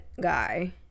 guy